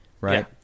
right